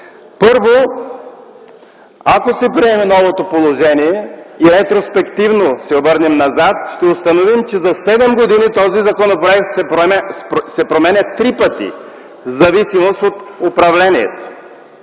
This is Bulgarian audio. Първо, ако се приеме новото положение и ретроспективно се обърнем назад, ще установим, че за седем години този законопроект се променя три пъти в зависимост от управлението.